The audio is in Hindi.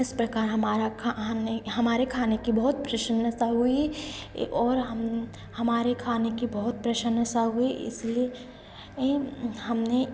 इस प्रकार हमारा खाने हमें हमारे खाने की बहुत प्रशंसा हुई एक और हम हमारे खाने की बहुत प्रशंसा हुई इसलिए ही हमने